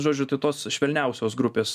žodžiu tai tos švelniausios grupės